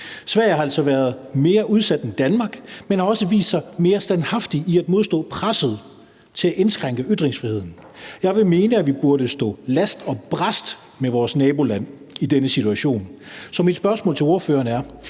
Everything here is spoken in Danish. Sverige har altså været mere udsat end Danmark, men også vist sig mere standhaftig i at modstå presset til at indskrænke ytringsfriheden. Jeg vil mene, at vi burde stå last og brast med vores naboland i denne situation. Så mit spørgsmål til ordføreren er: